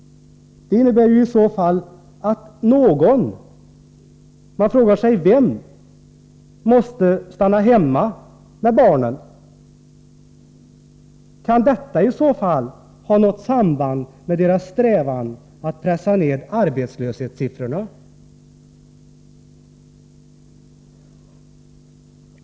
Det innebär ju i så fall, att någon — man frågar sig vem? — måste stanna hemma hos barnen. Kan detta i så fall ha något samband med regeringens strävan att pressa ned arbetslöshetssiffrorna?